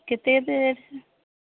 କେତେ କେତେ ରେଟ୍